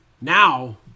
now